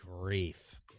grief